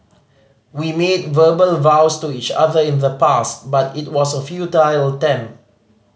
we made verbal vows to each other in the past but it was a futile attempt